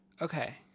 Okay